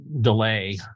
delay